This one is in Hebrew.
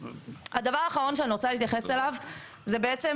הדבר האחרון שאני רוצה להתייחס אליו זה בעצם